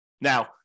Now